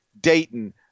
Dayton